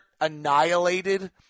annihilated